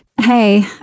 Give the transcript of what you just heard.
Hey